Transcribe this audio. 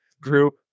group